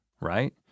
right